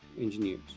engineers